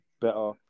better